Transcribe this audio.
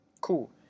Cool